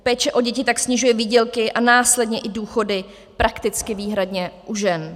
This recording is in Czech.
Péče o děti tak snižuje výdělky a následně i důchody prakticky výhradně u žen.